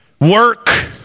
Work